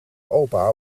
opa